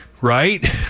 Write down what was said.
right